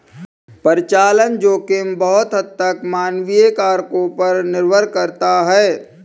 परिचालन जोखिम बहुत हद तक मानवीय कारकों पर निर्भर करता है